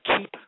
keep